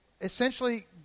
essentially